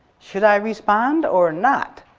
should i respond or not?